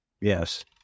Yes